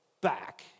back